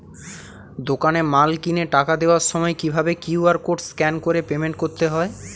দোকানে মাল কিনে টাকা দেওয়ার সময় কিভাবে কিউ.আর কোড স্ক্যান করে পেমেন্ট করতে হয়?